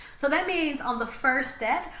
so that means on the first debt,